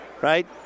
Right